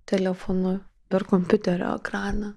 telefonu per kompiuterio ekraną